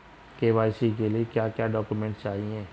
KYC के लिए क्या क्या डॉक्यूमेंट चाहिए?